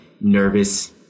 nervous